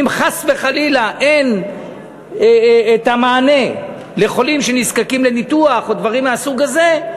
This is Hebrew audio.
אם חס וחלילה אין מענה לחולים שנזקקים לניתוח או דברים מהסוג הזה,